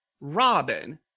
Robin